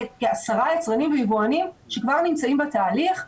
כעשרה יצרנים ויבואנים שכבר נמצאים בתהליך.